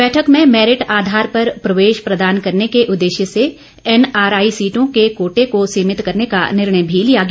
बैठक में मैरिट आधार पर प्रवेश प्रदान करने के उद्देश्य से एनआरआई सीटों के कोटे को सीमित करने का निर्णय भी लिया गया